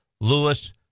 Lewis